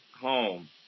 home